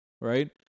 right